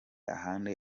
ahandi